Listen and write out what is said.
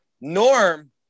Norm